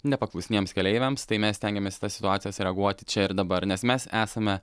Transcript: nepaklusniems keleiviams tai mes stengiamės į tas situacijas reaguoti čia ir dabar nes mes esame